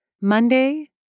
Monday